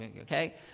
okay